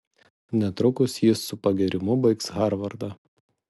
netrukus jis su pagyrimu baigs harvardą